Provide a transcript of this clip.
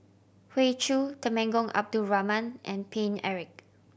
Hoey Choo Temenggong Abdul Rahman and Paine Eric